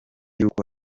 yuko